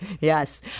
Yes